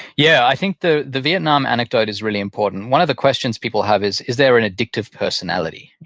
yeah. i think the the vietnam anecdote is really important. one of the questions people have is, is there an addictive personality?